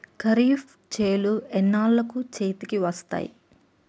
ఖరీఫ్ చేలు ఎన్నాళ్ళకు చేతికి వస్తాయి?